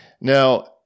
Now